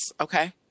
Okay